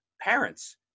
parents